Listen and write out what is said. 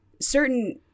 certain